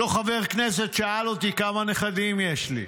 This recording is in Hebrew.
אותו חבר כנסת שאל אותי כמה נכדים יש לי,